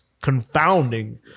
confounding